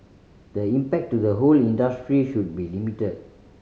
the impact to the whole industry should be limited